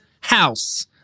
house